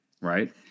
right